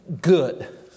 Good